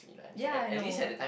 ya I know